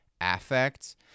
Affect